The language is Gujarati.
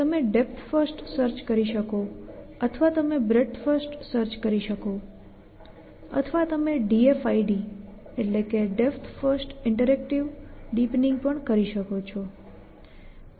તમે ડેપ્થ ફર્સ્ટ સર્ચ કરી શકો અથવા તમે બ્રેડથ ફર્સ્ટ સર્ચ કરી શકો અથવા તમે DFID પણ કરી શકો છો